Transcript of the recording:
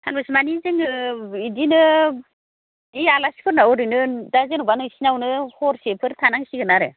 सानबेसे माने जोङो बिदिनो बे आलासिफोरनाव ओरैनो दा जेन'बा नोंसिनावनो हरसेफोर थानांसिगोन आरो